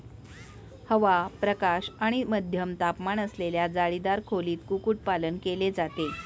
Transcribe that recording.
हवा, प्रकाश आणि मध्यम तापमान असलेल्या जाळीदार खोलीत कुक्कुटपालन केले जाते